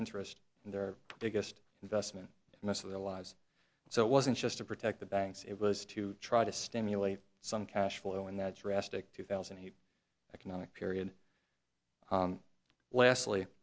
interest in their biggest investment most of their lives so it wasn't just to protect the banks it was to try to stimulate some cash flow in that drastic two thousand he economic period wesley